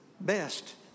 best